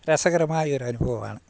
രസകരമായ ഒരു അനുഭവമാണ്